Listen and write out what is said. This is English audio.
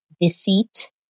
deceit